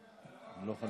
הצעת חוק